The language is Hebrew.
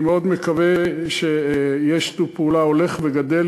אני מאוד מקווה ששיתוף הפעולה ילך ויגדל.